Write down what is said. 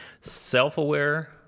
self-aware